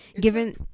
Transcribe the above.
given